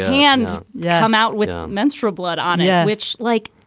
and yeah i'm out with um menstrual blood on it which like.